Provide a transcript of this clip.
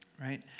Right